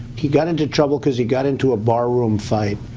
he got into trouble because he got into a barroom fight,